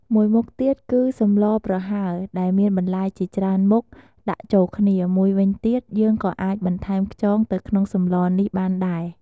មួយមុខទៀតគឺសម្លរប្រហើរដែលមានបន្លែជាច្រើនមុខដាក់ចូលគ្នា មួយវិញទៀត យើងក៏អាចបន្ថែមខ្យងទៅក្នុងសម្លរនេះបានដែរ។